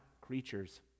creatures